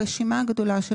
הרשימה הגדולה של